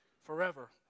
forever